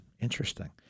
Interesting